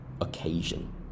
occasion